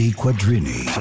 quadrini